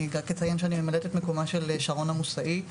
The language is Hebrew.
אני חייבת לציין שאני ממלאת את מקומה של שרונה מוסאי,